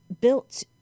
built